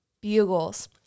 Bugles